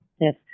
Yes